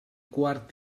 quart